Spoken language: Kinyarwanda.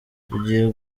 tugiye